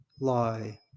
lie